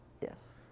Yes